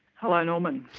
hello norman.